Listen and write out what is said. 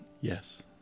Yes